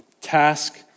Task